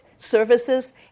services